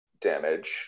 damage